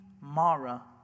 Mara